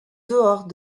dehors